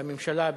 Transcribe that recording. בממשלה,